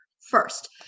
first